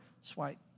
swipe